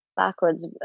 backwards